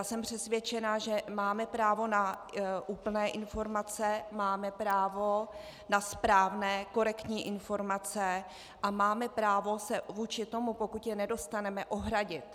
Jsem přesvědčena, že máme právo na úplné informace, máme právo na správné, korektní informace a máme právo se vůči tomu, pokud je nedostaneme, ohradit.